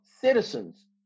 citizens